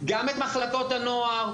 גם את מחלקות הנוער,